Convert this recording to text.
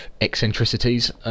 eccentricities